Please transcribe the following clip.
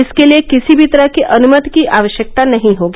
इसके लिए किसी भी तरह की अनुमति की आवश्यकता नहीं होगी